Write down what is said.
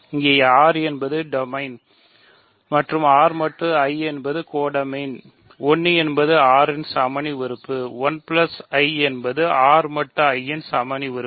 இங்கே R என்பது domain வளையம் R மட்டு I கோடமைன் வளையம் 1 என்பது R இன் வளைய சமணி உறுப்பு 1 I என்பது R மட்டு I இன் சமணி உறுப்பு